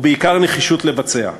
ובעיקר נחישות לבצע.